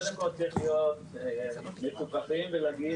קודם כול צריך להיות מפוקחים ולהגיד